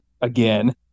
again